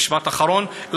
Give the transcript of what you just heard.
משפט אחרון.